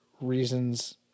reasons